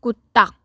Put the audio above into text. कुत्ता